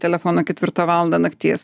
telefono ketvirtą valandą nakties